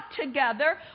together